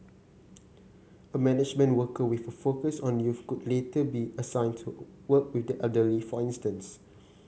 a management worker with a focus on youth could later be assigned to work with the elderly for instance